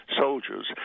soldiers